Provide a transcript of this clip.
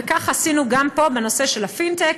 וכך עשינו גם פה בנושא של הפינטק.